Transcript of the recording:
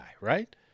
right